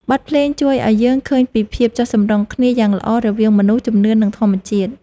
បទភ្លេងជួយឱ្យយើងឃើញពីភាពចុះសម្រុងគ្នាយ៉ាងល្អ រវាងមនុស្ស ជំនឿ និងធម្មជាតិ។